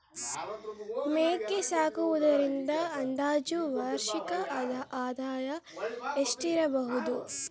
ಮೇಕೆ ಸಾಕುವುದರಿಂದ ಅಂದಾಜು ವಾರ್ಷಿಕ ಆದಾಯ ಎಷ್ಟಿರಬಹುದು?